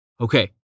Okay